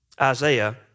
Isaiah